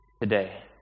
Today